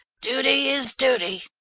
dooty is dooty!